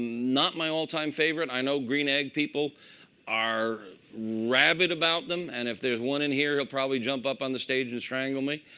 not my all time favorite. i know green egg people are rabid about them. and if there's one in here, he'll probably jump up on the stage and strangle me.